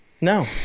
no